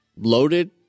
loaded